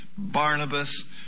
Barnabas